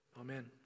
Amen